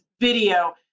video